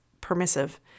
permissive